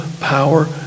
power